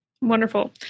Wonderful